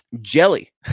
Jelly